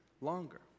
longer